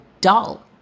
dull